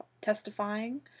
testifying